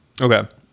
Okay